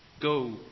Go